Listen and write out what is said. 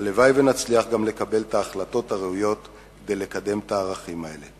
הלוואי שנצליח גם לקבל את ההחלטות הראויות כדי לקדם את הערכים האלה.